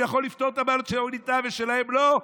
והוא יכול לפתור את הבעיות של ווליד טאהא ושלהם לא?